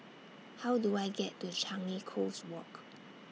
How Do I get to Changi Coast Walk